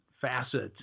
facets